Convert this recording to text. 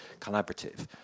collaborative